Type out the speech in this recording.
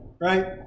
right